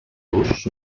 los